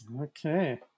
Okay